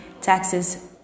Taxes